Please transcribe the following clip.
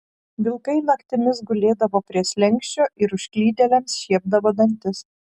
vilkai naktimis gulėdavo prie slenksčio ir užklydėliams šiepdavo dantis